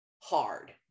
hard